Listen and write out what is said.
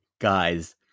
guys